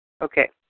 Okay